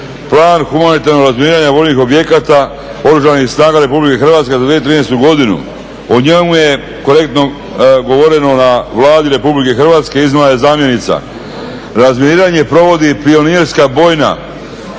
Plan humanitarnog razminiranja vojnih objekata Oružanih snaga RH za 2013. godinu, o njemu je korektno govoreno na Vladi RH, iznijela je zamjenica. Razminiranje provodi pionirska bojna,